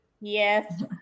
yes